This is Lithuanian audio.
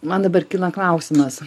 man dabar kyla klausimas